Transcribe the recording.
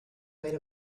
made